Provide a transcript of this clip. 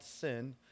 sin